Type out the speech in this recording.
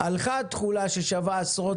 הלכה התכולה ששווה עשרות,